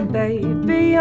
baby